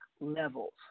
levels